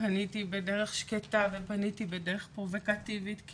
פניתי בדרך שקטה ופניתי בדרך פרובוקטיבית,